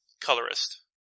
colorist